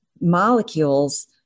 molecules